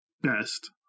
best